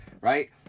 right